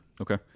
Okay